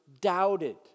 doubted